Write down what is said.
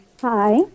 Hi